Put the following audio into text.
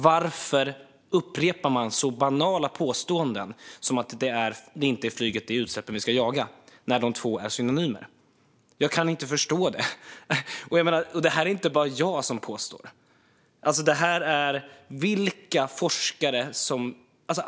Varför upprepar man så banala påståenden som att det inte är flyget utan utsläppen vi ska jaga, när dessa två är synonymer? Jag kan inte förstå det. Det är inte heller bara jag som påstår detta.